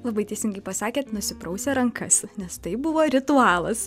labai teisingai pasakėt nusiprausę rankas nes tai buvo ritualas